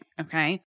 Okay